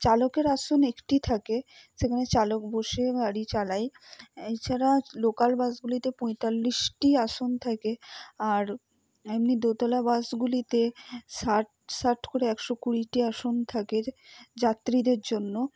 চালকের আসন একটি থাকে সেখানে চালক বসে গাড়ি চালায় এছাড়া লোকাল বাসগুলিতে পঁয়তাল্লিশটি আসন থাকে আর এমনি দোতলা বাসগুলিতে ষাট ষাট করে একশো কুড়িটি আসন থাকে যাত্রীদের জন্য